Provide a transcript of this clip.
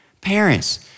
Parents